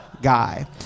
Guy